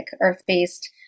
earth-based